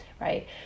right